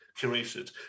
curated